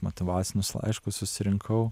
motyvacinius laiškus susirinkau